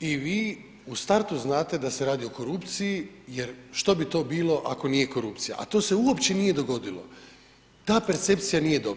i vi u startu znate da se radi o korupciji, jer što bi to bilo ako nije korupcija, a to se uopće nije dogodilo, ta percepcija nije dobra.